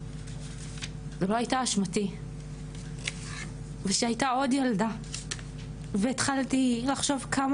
זה לא הייתה אשמתי ושהייתה עוד ילדה והתחלתי לחשוב כמה